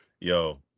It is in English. Yo